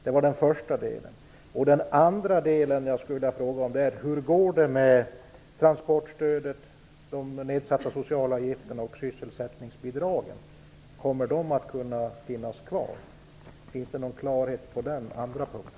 Det var den första delen av min fråga. Det andra som jag skulle vilja veta är hur det går med transportstödet, de nedsatta socialavgifterna och sysselsättningsbidragen. Kommer de att finnas kvar? Finns det någon klarhet på den punkten?